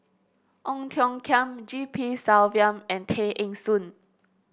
Ong Tiong Khiam G P Selvam and Tay Eng Soon